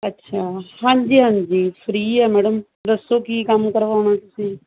ਅੱਛਾ ਹਾਂਜੀ ਹਾਂਜੀ ਫਰੀ ਹੈ ਮੈਡਮ ਦੱਸੋ ਕੀ ਕੰਮ ਕਰਵਾਉਣਾ ਤੁਸੀਂ